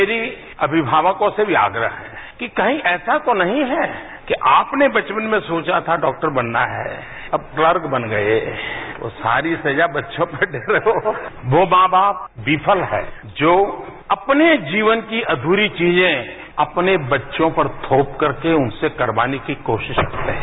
मेरी अभिभावकों से भी आग्रह है कि कही ऐसा तो नहीं है कि आपने बचपन में सोचा था कि डॉक्टर बनना है और क्लर्क बन गये है तो सारी सजा बच्चों को दे रहे हो वो मां बाप विफल है जो अपने जीवन की अधूरी चीजें अपने बच्चों पर थोपकर के उनसे करवाने की कोशिश करते हैं